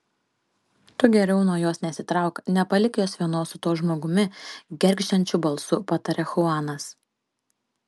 tu geriau nuo jos nesitrauk nepalik jos vienos su tuo žmogumi gergždžiančiu balsu pataria chuanas